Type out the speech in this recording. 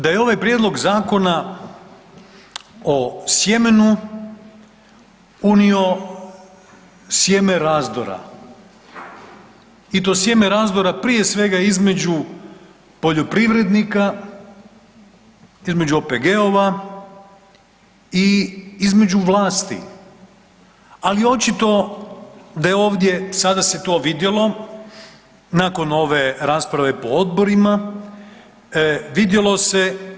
Preočito je da je ovaj prijedlog Zakona o sjemenu unio sjeme razdora i to sjeme razdora prije svega između poljoprivrednika, između OPG-ova i između vlasti, ali očito da je ovdje, sada se to vidjelo nakon ove rasprave po odborima, vidjelo se.